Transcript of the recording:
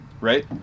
Right